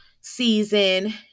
season